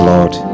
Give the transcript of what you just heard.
Lord